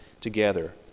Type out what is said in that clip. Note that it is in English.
together